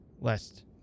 lest